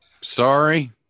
Sorry